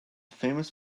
famous